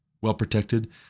well-protected